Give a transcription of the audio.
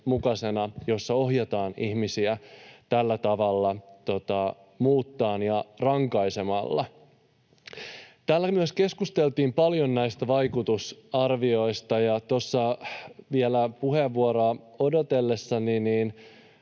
jossa ohjataan ihmisiä tällä tavalla muuttamaan rankaisemalla. Täällä myös keskusteltiin paljon vaikutusarvioista, ja tuossa vielä puheenvuoroa odotellessani